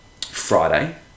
Friday